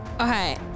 Okay